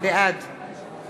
בעד